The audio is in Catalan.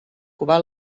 cubà